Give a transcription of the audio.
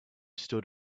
stood